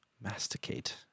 Masticate